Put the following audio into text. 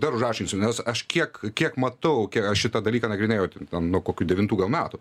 dar užaštrinsiu nes aš kiek kiek matau aš šitą dalyką nagrinėju ten ten nuo kokių devintų gal metų